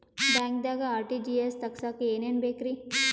ಬ್ಯಾಂಕ್ದಾಗ ಆರ್.ಟಿ.ಜಿ.ಎಸ್ ತಗ್ಸಾಕ್ ಏನೇನ್ ಬೇಕ್ರಿ?